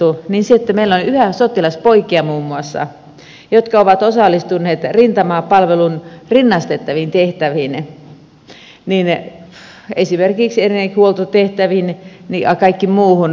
sitten meillä on yhä muun muassa sotilaspoikia jotka ovat osallistuneet rintamapalveluun rinnastettaviin tehtäviin esimerkiksi erinäisiin huoltotehtäviin ja kaikkeen muuhun